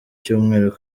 cyumweru